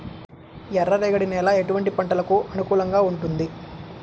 ఎర్ర రేగడి నేల ఎటువంటి పంటలకు అనుకూలంగా ఉంటుంది?